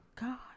God